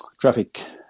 traffic